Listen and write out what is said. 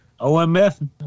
OMF